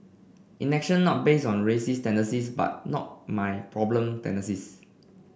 inaction not based on racist tendencies but not my problem tendencies